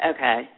Okay